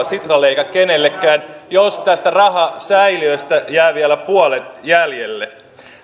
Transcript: sitralle eikä kenellekään jos tästä rahasäiliöstä jää vielä puolet jäljelle